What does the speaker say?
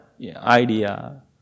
idea